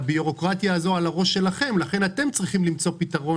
הבירוקרטיה הזאת על הראש שלכם - לכן אתם צריכים למצוא פתרון